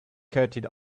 coated